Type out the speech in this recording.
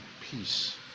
peace